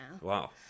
Wow